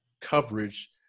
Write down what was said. coverage